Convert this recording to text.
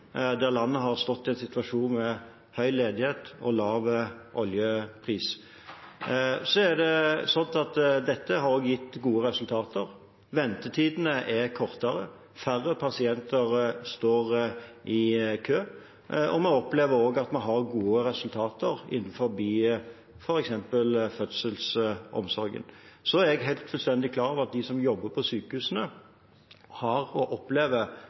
landet har stått i en situasjon med høy ledighet og lav oljepris. Dette har også gitt gode resultater. Ventetidene er kortere, færre pasienter står i kø. Vi opplever også at vi har gode resultater innenfor f.eks. fødselsomsorgen. Jeg er fullstendig klar over at de som jobber på sykehusene, har